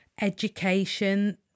education